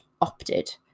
opted